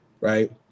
right